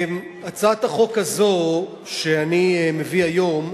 הצעת החוק הזו, שאני מביא היום,